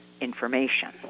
information